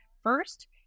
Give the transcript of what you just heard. first